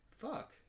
Fuck